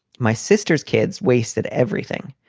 my sister's kids wasted everything.